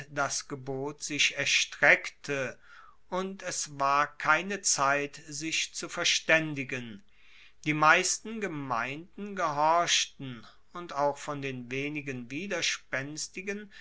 das gebot sich erstreckte und es war keine zeit sich zu verstaendigen die meisten gemeinden gehorchten und auch von den wenigen widerspenstigen